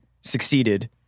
succeeded